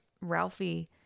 Ralphie